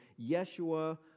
Yeshua